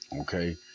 Okay